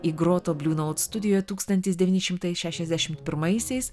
įgroto bliu naut studijoje tūkstantis devyni šimtai šešiasdešimt pirmaisiais